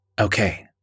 Okay